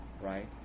right